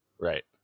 Right